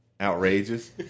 outrageous